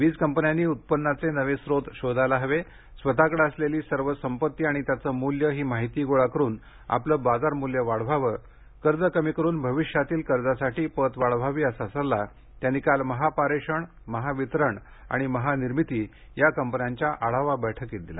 वीज कंपन्यांनी उत्पन्नाचे नवे स्रोत शोधायला हवे स्वतःकडे असलेली सर्व संपत्ती आणि त्याचं मूल्य ही माहिती गोळा करून आपलं बाजारमूल्य वाढवावे कर्ज कमी करून भविष्यातील कर्जासाठी पत वाढवावी असा सल्ला त्यांनी काल महापारेषण महावितरण आणि महानिर्मिती या कंपन्यांच्या आढावा बैठकीत दिला